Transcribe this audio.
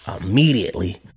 immediately